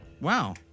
Wow